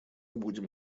будем